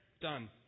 done